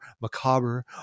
macabre